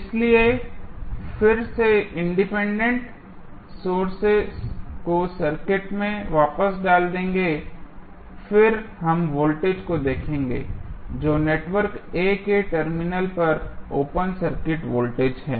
इसलिए हम फिर से इंडिपेंडेंट सोर्सेज को सर्किट में वापस डाल देंगे और फिर हम वोल्टेज को देखेंगे जो नेटवर्क A के टर्मिनल पर ओपन सर्किटेड वोल्टेज है